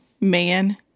man